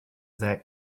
that